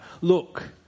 Look